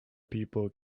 people